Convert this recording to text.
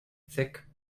thick